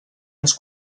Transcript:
ens